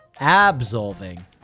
absolving